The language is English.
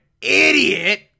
idiot